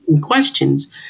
questions